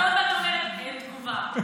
אין תגובה.